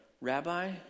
Rabbi